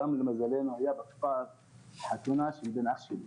למזלנו הייתה בכפר חתונה של בן אח שלי.